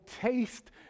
taste